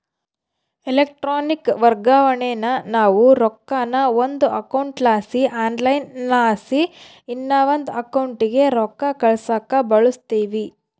electronic ವರ್ಗಾವಣೇನಾ ನಾವು ರೊಕ್ಕಾನ ಒಂದು ಅಕೌಂಟ್ಲಾಸಿ ಆನ್ಲೈನ್ಲಾಸಿ ಇನವಂದ್ ಅಕೌಂಟಿಗೆ ರೊಕ್ಕ ಕಳ್ಸಾಕ ಬಳುಸ್ತೀವಿ